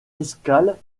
escale